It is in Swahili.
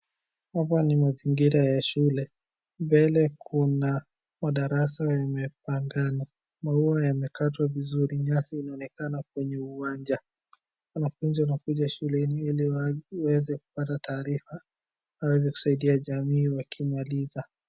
Hapa ni mazingira ya shule, mbele kuna madarasa yamepangana. Maua yamekatwa vizuri, nyasi inaonekana kwenye uwanja. Wanafunzi wanakuja shuleni ili waweze kupata taarifa waweze kusaidia jamii wakimaliza.